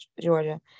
Georgia